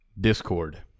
Discord